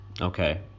okay